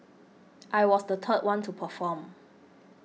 I was the third one to perform